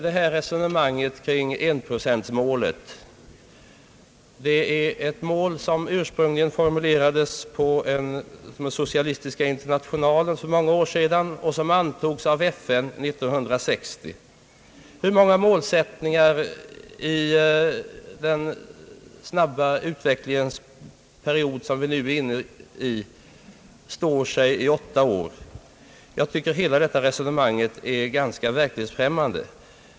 Detta enprocentmål är någonting som ursprungligen formulerades på den socialistiska internationalen för många år sedan och som antogs av FN år 1960. Hur många målsättningar i den snabba utvecklingens period som vi nu är inne i står sig i åtta år? Jag tycker hela detta resonemang om en procent är ganska verklighetsfrämmande.